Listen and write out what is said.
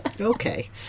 Okay